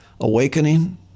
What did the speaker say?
awakening